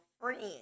friend